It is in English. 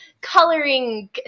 coloring